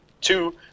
two